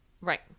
right